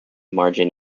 margin